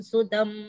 Sudam